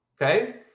okay